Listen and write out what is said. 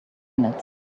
minutes